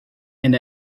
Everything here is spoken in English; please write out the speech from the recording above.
and